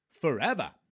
Forever